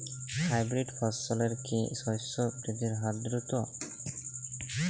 Hybrid ফসলের কি শস্য বৃদ্ধির হার দ্রুত?